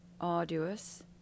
arduous